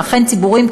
והם אכן ציבוריים,